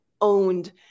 owned